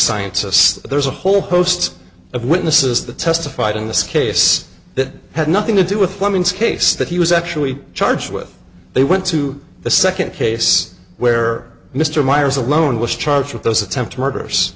scientists there's a whole host of witnesses that testified in this case that had nothing to do with woman's case that he was actually charged with they went to the second case where mr meyers alone was charged with those attempted murders